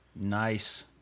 Nice